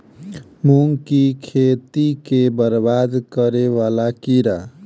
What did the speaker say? मूंग की खेती केँ बरबाद करे वला कीड़ा?